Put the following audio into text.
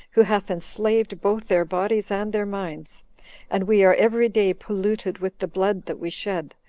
who hath enslaved both their bodies and their minds and we are every day polluted with the blood that we shed,